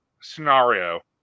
scenario